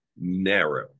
narrow